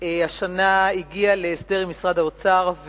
הגיע השנה להסדר עם משרד האוצר,